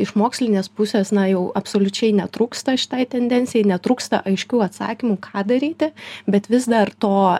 iš mokslinės pusės na jau absoliučiai netrūksta šitai tendencijai netrūksta aiškių atsakymų ką daryti bet vis dar to